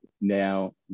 now